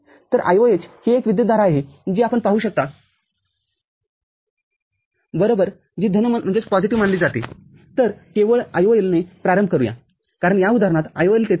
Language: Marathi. तर IOH ही एक विद्युतधारा आहे जी आपण पाहू शकता बरोबरजी धनमानली जाते तरकेवळ IOL ने प्रारंभ करूयाकारण या उदाहरणात IOL तेथे आहे